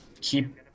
keep